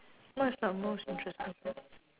what is the most interesting